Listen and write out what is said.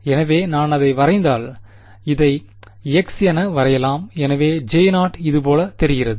எனவே நான் அதை வரைந்தால் இதை x என வரையலாம் எனவேJ0 இது போல் தெரிகிறது